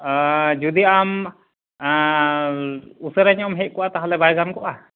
ᱡᱩᱫᱤ ᱟᱢ ᱩᱥᱟᱹᱨᱟ ᱧᱚᱜ ᱮᱢ ᱦᱮᱡ ᱠᱚᱜᱼᱟ ᱛᱟᱦᱚᱞᱮ ᱵᱟᱭ ᱜᱟᱱᱠᱚᱜᱼᱟ